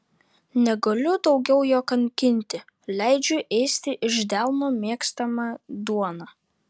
negaliu daugiau jo kankinti leidžiu ėsti iš delno mėgstamą duoną